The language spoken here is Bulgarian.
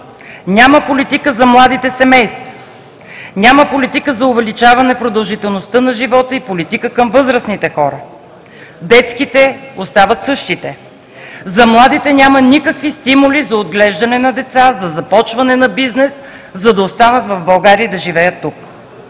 Няма политика за младите семейства! Няма политика за увеличаване продължителността на живота и политика към възрастните хора! Детските остават същите! За младите няма никакви стимули за отглеждане на деца, за започване на бизнес, за да останат в България и да живеят тук!